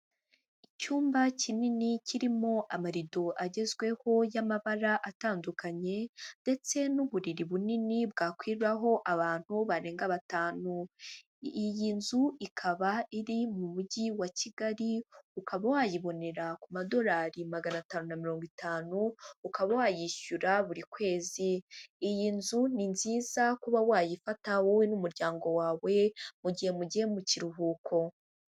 Icyumba kinini kirimo amarido agezweho y'amabara atandukanye ndetse n'uburiri bunini bwakwiraho abantu barenga batanu, iyi nzu ikaba iri mu mujyi wa Kigali, ukaba wayibonera ku madorari magana atanu na mirongo itanu, ukaba wayishyura buri kwezi iyi nzu ni nziza kuba wayifata wowe n'umuryango wawe mu gihe mugiye mu kiruhuko.